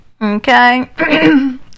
okay